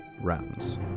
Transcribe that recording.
rounds